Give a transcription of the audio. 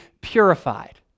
purified